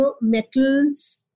metals